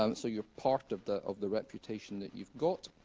um so you're part of the of the reputation that you've got.